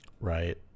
right